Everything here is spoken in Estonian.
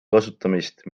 kasutamist